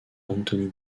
anthony